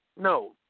No